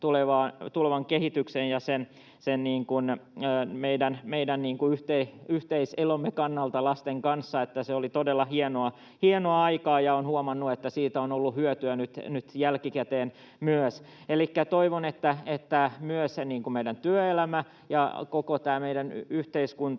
tulevan kehityksen ja sen meidän yhteiselomme kannalta. Se oli todella hienoa aikaa, ja olen huomannut, että siitä on ollut hyötyä myös nyt jälkikäteen. Toivon, että myös meidän työelämämme ja koko tämä meidän yhteiskuntamme